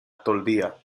toldilla